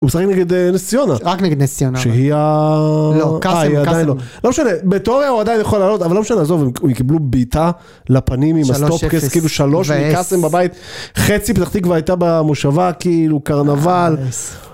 הוא משחק נגד נס ציונה. -רק נגד נס ציונה, אבל. -שהיא ה... -לא, קאסם, קאסם. -אה, היא עדיין לא, לא משנה, בתיאוריה הוא עדיין יכול לעלות, אבל לא משנה, עזוב, הם קיבלו בעיטה לפנים עם הסטופ, -3:0 -כאילו, שלוש מקאסם בבית, חצי מפתח תקווה הייתה במושבה, כאילו, קרנבל.